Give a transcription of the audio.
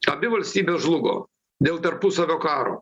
abi valstybės žlugo dėl tarpusavio karo